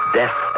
death